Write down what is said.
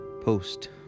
Post